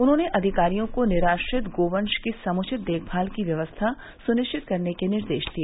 उन्होंने अधिकारियों को निराश्रित गोवंश की समुचित देखभाल की व्यवस्था सुनिश्चित करने के निर्देश दिए